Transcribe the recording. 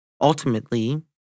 ultimately